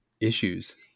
issues